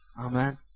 Amen